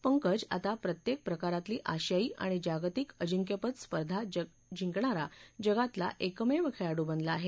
पंकज आता प्रत्येक प्रकारातली आशियाई आणि जागतिक अजिंक्यपद स्पर्धा जगातला एकमेव खेळाडू बनला आहे